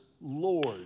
Lord